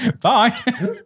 Bye